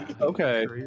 Okay